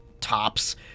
tops